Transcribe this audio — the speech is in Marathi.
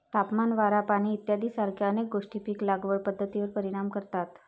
तापमान, वारा, पाणी इत्यादीसारख्या अनेक गोष्टी पीक लागवड पद्धतीवर परिणाम करतात